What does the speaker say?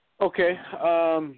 Okay